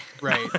Right